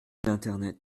l’internet